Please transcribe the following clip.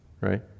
right